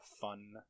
fun